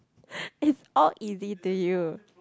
if all easy then you will